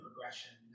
progression